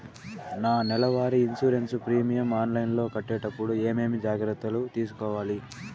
నా నెల వారి ఇన్సూరెన్సు ప్రీమియం ఆన్లైన్లో కట్టేటప్పుడు ఏమేమి జాగ్రత్త లు తీసుకోవాలి?